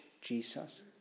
Jesus